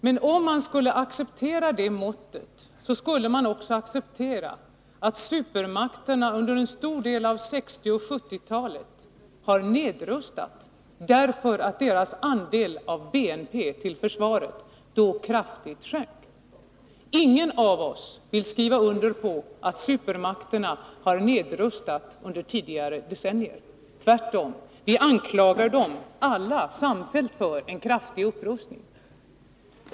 Men om man skulle acceptera det måttet skulle man också acceptera att supermakterna under en stor del av 1960 och 1970-talen har nedrustat, därför att deras andel av BNP till försvaret då sjönk kraftigt. Ingen av oss vill skriva under på att supermakterna har nedrustat under tidigare decennier. Tvärtom — vi anklagar dem alla samfällt för en kraftig upprustning.